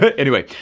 but anyway,